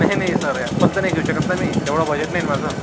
नाही नाही sir Apple तर नाही घेऊ शकत ना मी तेवढं बजेट नाही ना माझं